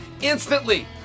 instantly